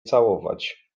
całować